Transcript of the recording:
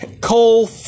Cole